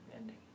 ending